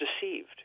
deceived